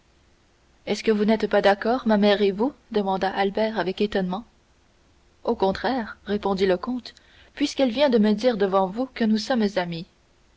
est-ce que vous n'êtes pas d'accord ma mère et vous demanda albert avec étonnement au contraire répondit le comte puisqu'elle vient de me dire devant vous que nous sommes amis